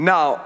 Now